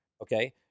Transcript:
okay